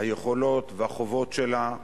היכולות והחובות שלה,